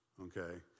okay